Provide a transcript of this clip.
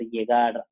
llegar